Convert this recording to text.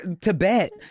Tibet